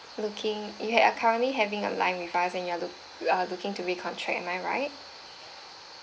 looking you have currently having a line with us and you look you are looking to re-contract am I right